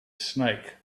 snake